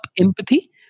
empathy